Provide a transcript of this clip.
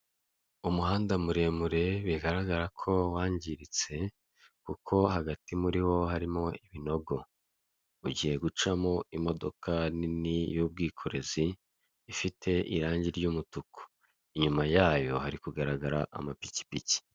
Umuhanda muremure bigaragara ko wangiritse kuko hagati muri bo harimo ibinogo, ugiye gucamo imodoka nini y'ubwikorezi ifite irangi ry'umutuku, inyuma yayo hari kugaragara amapikipiki.